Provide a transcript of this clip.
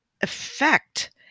effect